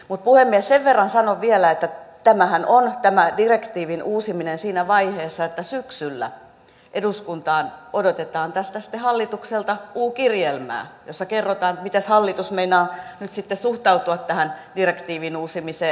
mutta puhemies sen verran sanon vielä että tämä direktiivin uusiminenhan on siinä vaiheessa että syksyllä eduskuntaan odotetaan tästä hallitukselta u kirjelmää jossa kerrotaan miten hallitus meinaa nyt sitten suhtautua tähän direktiivin uusimiseen